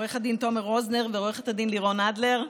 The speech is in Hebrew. עו"ד תומר רוזנר ועו"ד לירון אדלר,